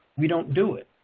we don't do it.